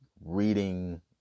reading